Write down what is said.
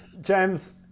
James